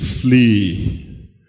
Flee